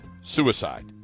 suicide